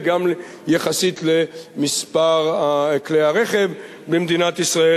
וגם יחסית למספר כלי הרכב במדינת ישראל.